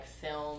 film